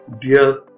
dear